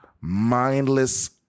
mindless